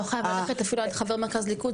לא חייב ללכת אפילו עד חבר מרכז ליכוד,